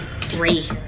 Three